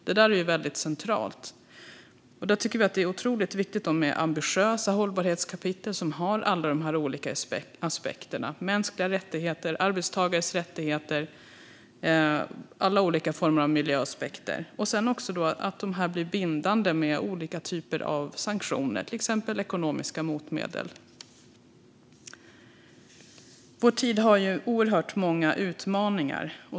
Det där är väldigt centralt. Vi tycker att det är otroligt viktigt med ambitiösa hållbarhetskapitel som har alla de här olika aspekterna som mänskliga rättigheter, arbetstagares rättigheter och alla olika former av miljöaspekter och att de sedan blir bindande med olika typer av sanktioner, till exempel ekonomiska motmedel. Vår tid har oerhört många utmaningar.